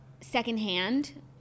secondhand